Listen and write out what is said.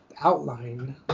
outline